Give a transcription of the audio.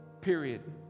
period